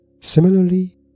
Similarly